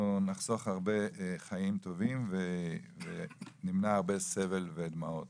נחסוך הרבה חיים טובים ונמנע הרבה סבל ודמעות